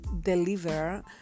deliver